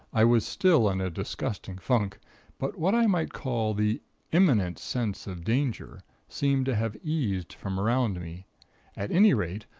i was still in a disgusting funk but what i might call the imminent sense of danger seemed to have eased from around me at any rate,